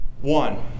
One